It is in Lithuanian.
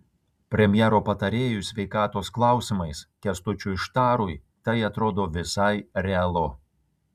premjero patarėjui sveikatos klausimais kęstučiui štarui tai atrodo visai realu